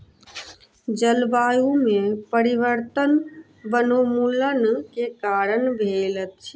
जलवायु में परिवर्तन वनोन्मूलन के कारण भेल अछि